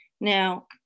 now